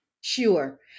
Sure